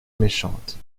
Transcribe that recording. méchante